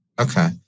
okay